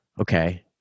okay